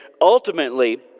Ultimately